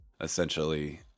essentially